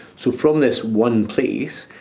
so from this one place,